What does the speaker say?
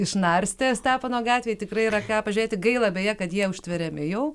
išnarstę stepono gatvėj tikrai yra ką pažiūrėti gaila beje kad jie užtveriami jau